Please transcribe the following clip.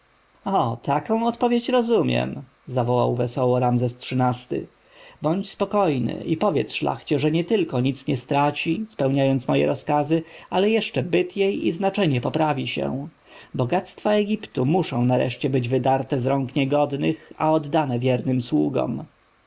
taką odpowiedź rozumiem zawołał wesoło ramzes xiii-ty bądź spokojny i powiedz szlachcie że nietylko nic nie straci spełniając moje rozkazy ale jeszcze byt jej i znaczenie poprawi się bogactwa egiptu muszą nareszcie być wydarte z rąk niegodnych a oddane wiernym